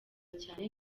cyane